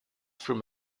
through